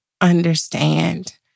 understand